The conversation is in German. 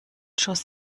schoss